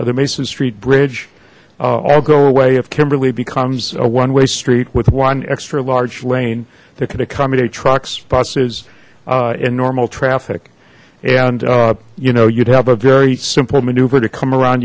of the mason street bridge all go away if kimberly becomes a one way street with one extra large lane that could accommodate trucks buses in normal traffic and you know you'd have a very simple maneuver to come around